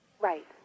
right